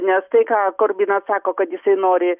nes tai ką korbinas sako kad jisai nori